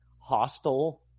hostile